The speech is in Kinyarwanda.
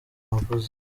navuze